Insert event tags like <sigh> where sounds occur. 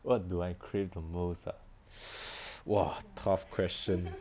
what do I crave the most ah <noise> !wah! tough question